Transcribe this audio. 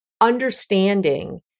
understanding